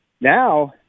Now